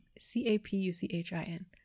C-A-P-U-C-H-I-N